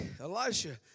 Elisha